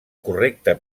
correcta